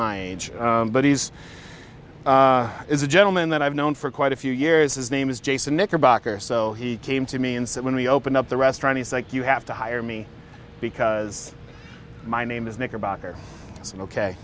my age but he's is a gentleman that i've known for quite a few years his name is jason knickerbocker so he came to me and said when we open up the restaurant it's like you have to hire me because my name is knickerbocker